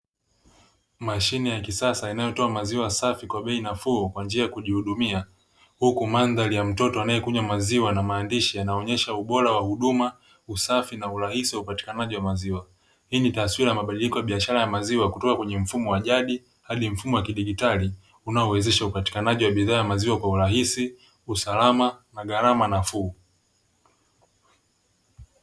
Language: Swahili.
Mashine ya kisasa inayotoa maziwa safi kwa bei nafuu kwa njia ya kujihudumia huku mandhari ya mtoto anayekunywa maziwa na maandishi yanayoonyesha ubora wa huduma usafi na urahisi wa upatikanaji wa maziwa. Hii ni taswira ya mabadiliko ya biashara ya maziwa kutoka kwenye mfumo wa jadi hadi mfumo wa kidigitali unaowezesha upatikanaji wa bidhaa ya maziwa kwa urahisi, usalama na gharama nafuu.